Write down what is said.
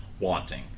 wanting